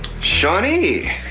Shawnee